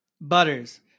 Butters